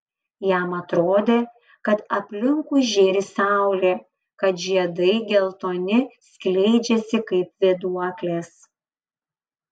jam atrodė kad aplinkui žėri saulė kad žiedai geltoni skleidžiasi kaip vėduoklės